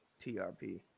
TRP